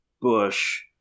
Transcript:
Bush